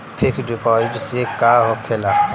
Fix deposit से का होखे ला?